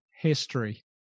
history